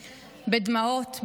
בדמעות,